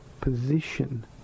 position